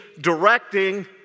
directing